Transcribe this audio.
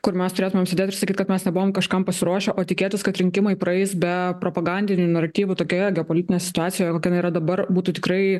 kur mes turėtumėm sedėt ir sakyt kad mes nebuvom kažkam pasiruošę o tikėtis kad rinkimai praeis be propagandinių naratyvų tokioje geopolitinėje situacijoje kokia jinai yra dabar būtų tikrai